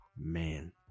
man